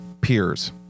peers